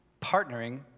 partnering